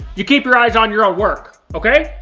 you keep your eyes on your ah work, okay?